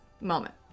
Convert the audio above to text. moment